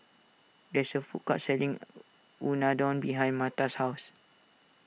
there is a food court selling Unadon behind Marta's house